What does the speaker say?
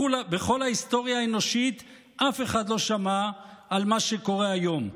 בכל ההיסטוריה האנושית אף אחד לא שמע על מה שקורה היום.